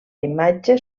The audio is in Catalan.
imatge